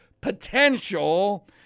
potential